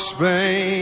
Spain